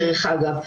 דרך אגב.